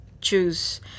choose